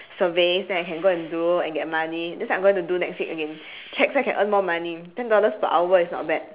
surveys then I can go and do and get money that's what I'm going to do next week again check so I can earn more money ten dollars per hour is not bad